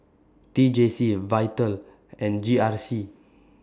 T J C Vital and G R C